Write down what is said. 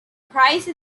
price